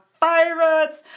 pirates